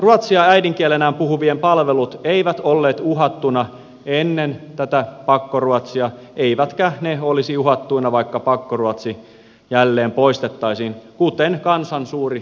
ruotsia äidinkielenään puhuvien palvelut eivät olleet uhattuna ennen tätä pakkoruotsia eivätkä ne olisi uhattuina vaikka pakkoruotsi jälleen poistettaisiin kuten kansan suuri enemmistö tahtoo